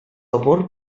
amor